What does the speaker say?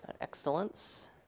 Excellence